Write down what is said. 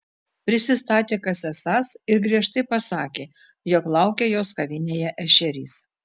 prisistatė kas esąs ir griežtai pasakė jog laukia jos kavinėje ešerys